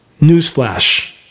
Newsflash